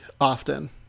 often